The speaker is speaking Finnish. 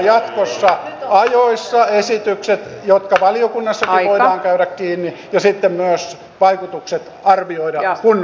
jatkossa tarvitaan ajoissa esitykset joihin valiokunnassakin voidaan käydä kiinni ja sitten myös vaikutukset arvioida kunnolla